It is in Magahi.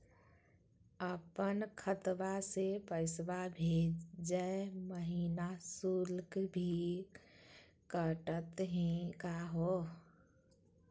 अपन खतवा से पैसवा भेजै महिना शुल्क भी कटतही का हो?